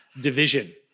division